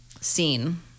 scene